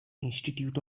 institute